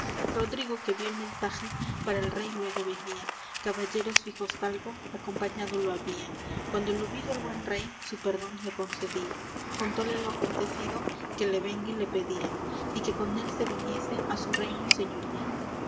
rodrigo que vió el mensaje para el rey luégo venía caballeros fijosdalgo acompañado lo habían cuando lo vido el buen rey su perdón le concedía contóle lo acontecido que le vengue le pedía y que con él se viniese á su reino y señoría